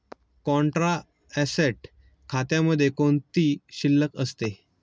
Contra asset खात्यामध्ये कोणती शिल्लक असते?